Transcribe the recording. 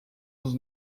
dos